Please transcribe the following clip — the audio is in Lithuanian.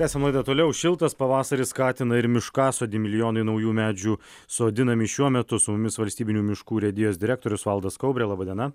etęsiam laidą toliau šiltas pavasaris skatina ir miškasodį milijonai naujų medžių sodinami šiuo metu su mumis valstybinių miškų urėdijos direktorius valdas kaubrė laba diena